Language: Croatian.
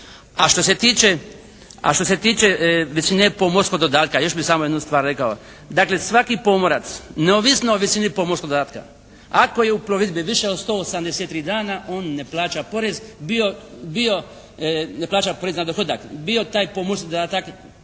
A što se tiče većine pomorskog dodatka još bih samo jednu stvar rekao. Dakle svaki pomorac neovisno o visini pomorskog dodatka ako je plovidbi više od 183 dana on ne plaća porez na dohodak, bio taj pomorski dodatak